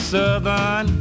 Southern